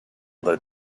that